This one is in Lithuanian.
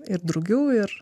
ir drugių ir